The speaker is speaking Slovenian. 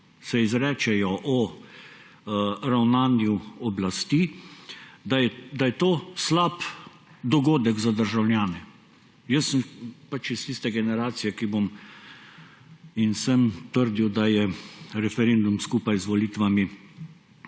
se izrečejo o ravnanju oblasti, da je to slab dogodek za državljane. Jaz sem pač iz tiste generacije in sem trdil, da je referendum, skupaj z volitvami,